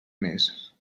més